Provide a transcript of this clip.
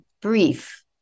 brief